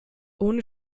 ohne